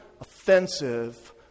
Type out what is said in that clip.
offensive